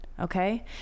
Okay